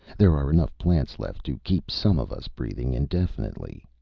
there are enough plants left to keep some of us breathing indefinitely.